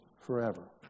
forever